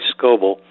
Scoble